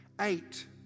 eight